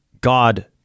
God